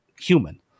human